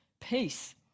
peace